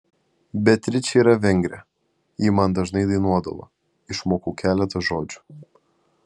beatričė yra vengrė ji man dažnai dainuodavo išmokau keletą žodžių